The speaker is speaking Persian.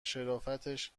شرافتش